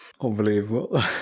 unbelievable